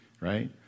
right